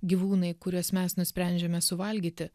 gyvūnai kuriuos mes nusprendžiame suvalgyti